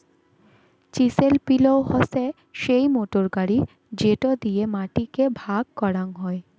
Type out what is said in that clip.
chisel পিলও হসে সেই মোটর গাড়ি যেটো দিয়ে মাটি কে ভাগ করাং হই